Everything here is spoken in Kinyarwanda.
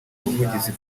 ubuvugizi